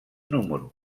número